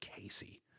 Casey